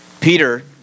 Peter